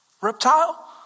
reptile